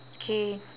K